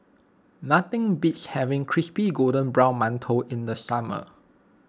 nothing beats having Crispy Golden Brown Mantou in the summer